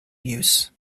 use